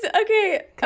okay